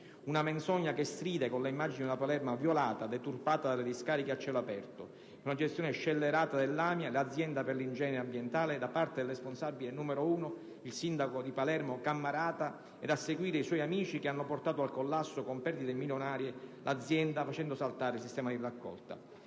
una menzogna che stride con le immagini della Palermo violata, deturpata dalle discariche a cielo aperto. Una gestione scellerata dell'AMIA, l'Azienda per l'igiene ambientale, da parte del responsabile numero 1, il sindaco di Palermo Cammarata, e, a seguire, dei suoi amici, hanno portato al collasso l'azienda, con perdite milionarie, facendo saltare il sistema di raccolta.